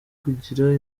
kugira